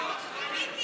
מיקי לוי לא מכיר את החוק?